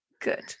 Good